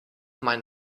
mein